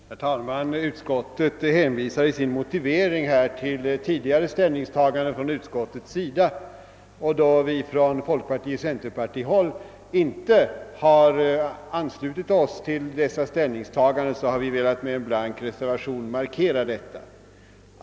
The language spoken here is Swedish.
Herr talman! Utskottet hänvisar i sin motivering till utskottets tidigare ställningstaganden. Då vi från folkpariioch centerpartihåll inte har anslutit oss till dessa ställningstaganden, har vi velat med en blank reservation markera detta.